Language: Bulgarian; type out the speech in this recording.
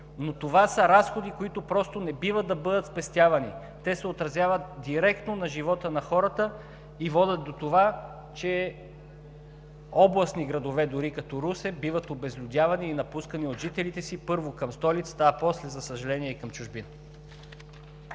но това са разходи, които не бива да бъдат спестявани. Те се отразяват директно на живота на хората и водят до това, че областни градове като Русе биват обезлюдявани и напускани от жителите си – първо, към столицата, а после, за съжаление, и към чужбина.